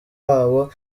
wabo